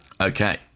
Okay